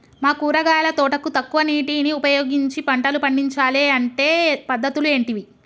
మా కూరగాయల తోటకు తక్కువ నీటిని ఉపయోగించి పంటలు పండించాలే అంటే పద్ధతులు ఏంటివి?